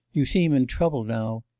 you seem in trouble now.